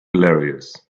hilarious